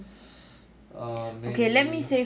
err maybe